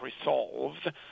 resolved